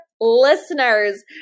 listeners